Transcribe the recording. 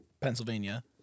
Pennsylvania